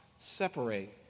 Separate